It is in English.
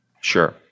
Sure